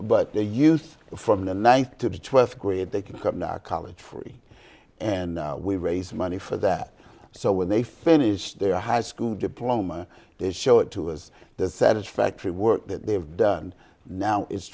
but they used from the ninth to the twelfth grade they can come to our college free and we raise money for that so when they finish their high school diploma they show it to us the satisfactory work that they have done now is